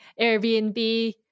Airbnb